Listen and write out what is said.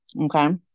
Okay